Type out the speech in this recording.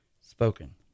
spoken